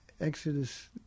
Exodus